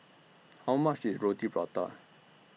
How much IS Roti Prata